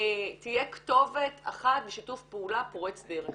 תהיה כתובת אחת ושיתוף פעולה פורץ דרך.